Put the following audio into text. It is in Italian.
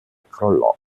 crollò